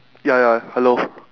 ya ya hello